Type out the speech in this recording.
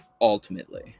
ultimately